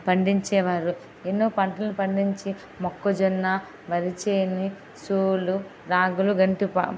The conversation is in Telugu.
పండించేవారు ఎన్నో పంటలు పండించి మొక్కజొన్న వరిచేని సోలు రాగులు వంటి